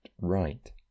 right